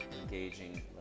engaging